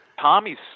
Tommy's